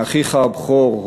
מאחיך הבכור,